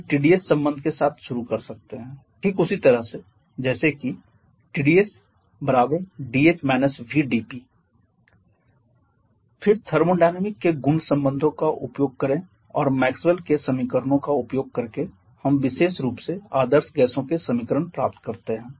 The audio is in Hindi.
हम Tds संबंध के साथ शुरू कर सकते हैं ठीक उसी तरह जैसे कि TdSdh vdP फिर थर्मोडायनामिक के गुण संबंधों का उपयोग करें और मैक्सवेल Maxwell's के समीकरणों का उपयोग करके हम विशेष रूप से आदर्श गैसों के समीकरण प्राप्त करते हैं